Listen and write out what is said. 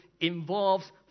involves